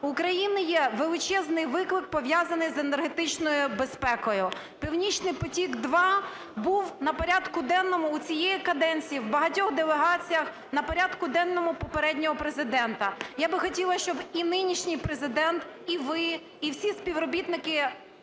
У України є величезний виклик, пов'язаний з енергетичною безпекою. "Північний потік-2" був на порядку денному у цієї каденції, в багатьох делегаціях, на порядку денному попереднього Президента. Я би хотіла, щоб і нинішній Президент, і ви, і всі співробітники